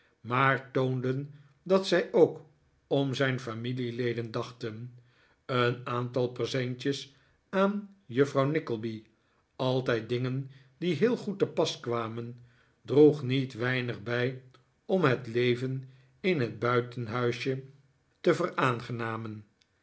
maar toonden dat zij ook om zijn familieleden dachten een aantal presentjes aan juffrouw nickleby altijd dingen die heel goed te pas kwamen droeg niet weinig bij om het leven in het buitenhuisje te